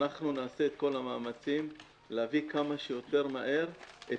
נעשה את כל המאמצים להביא כמה שיותר מהר את